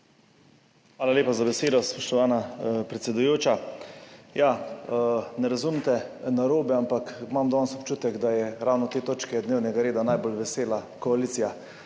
Hvala lepa za besedo, spoštovana predsedujoča. Ne razumite narobe, ampak imam danes občutek, da je ravno te točke dnevnega reda najbolj vesela koalicija,